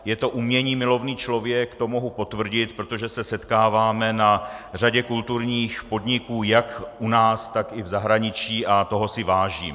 Je to uměnímilovný člověk, to mohu potvrdit, protože se setkáváme na řadě kulturních podniků jak u nás, tak i v zahraničí, a toho si vážím.